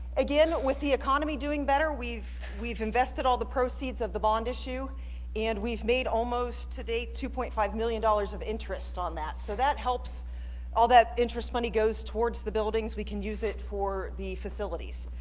again with the economy doing better we've we've invested all the proceeds of the bond issue and we've made almost today two point five million dollars of interest on that so that helps all that interest money goes towards the buildings we can use it for the facilities